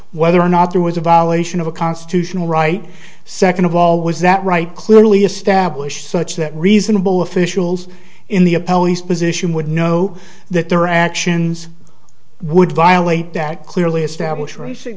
whether or not there was a violation of a constitutional right second of all was that right clearly established such that reasonable officials in the appellate position would know that their actions would violate that clearly establish